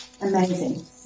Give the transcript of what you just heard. Amazing